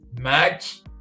match